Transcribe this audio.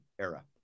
era